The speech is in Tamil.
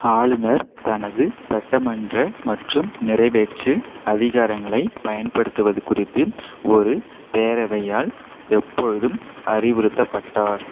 ஆளுநர் தனது சட்டமன்ற மற்றும் நிறைவேற்று அதிகாரங்களைப் பயன்படுத்துவது குறித்து ஒரு பேரவையால் எப்பொழுதும் அறிவுறுத்தப்பட்டார்